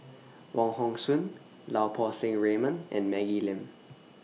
Wong Hong Suen Lau Poo Seng Raymond and Maggie Lim